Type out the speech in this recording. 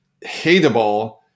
hateable